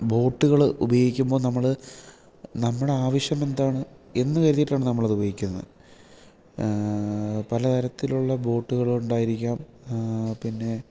ബോട്ടുകൾ ഉപയോഗിക്കുമ്പോൾ നമ്മൾ നമ്മുടെ ആവശ്യമെന്താണ് എന്നു കരുതിയിട്ടാണ് നമ്മളത് ഉപയോഗിക്കുന്നത് പലതരത്തിലുള്ള ബോട്ടുകളുണ്ടായിരിക്കാം പിന്നെ